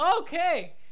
Okay